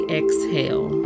exhale